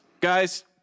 Guys